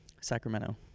Sacramento